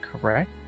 correct